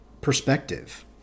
perspective